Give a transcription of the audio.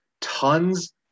Tons